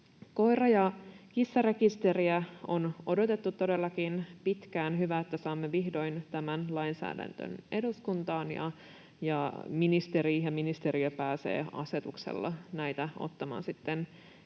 Koira‑ ja kissarekisteriä on todellakin odotettu pitkään. Hyvä, että saamme vihdoin tämän lainsäädännön eduskuntaan ja ministeri ja ministeriö pääsevät asetuksella näitä ottamaan sitten